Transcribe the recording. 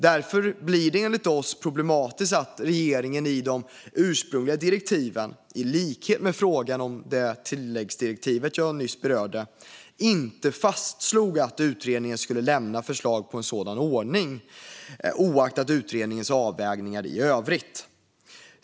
Därför är det problematiskt att regeringen i de ursprungliga direktiven, i likhet med frågan om tilläggsdirektivet, inte fastslog att utredningen skulle lämna förslag på en sådan ordning oavsett utredningens avvägningar i övrigt.